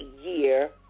year